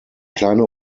kleine